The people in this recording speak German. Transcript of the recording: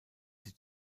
sie